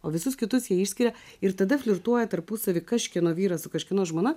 o visus kitus jie išskiria ir tada flirtuoja tarpusavyje kažkieno vyras su kažkieno žmona